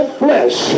flesh